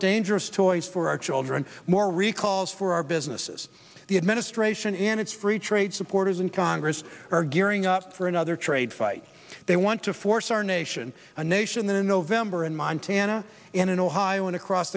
dangerous toys for our children more recalls for our businesses the administration and its free trade supporters in congress are gearing up for another trade fight they want to force our nation a nation in november in montana and in ohio and across